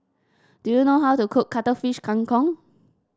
do you know how to cook Cuttlefish Kang Kong